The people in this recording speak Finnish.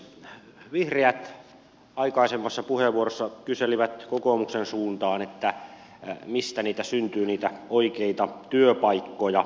vihreät aikaisemmassa puheenvuorossa kyselivät kokoomuksen suuntaan mistä syntyy niitä oikeita työpaikkoja